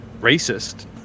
racist